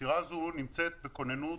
הסירה הזאת נמצאת בכוננות,